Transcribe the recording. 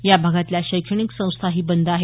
या भागातल्या शैक्षणीक संस्था बंद आहेत